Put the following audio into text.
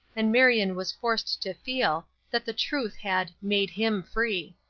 and marion was forced to feel that the truth had made him free.